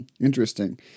interesting